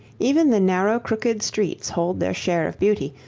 even the narrow crooked streets hold their share of beauty,